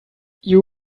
you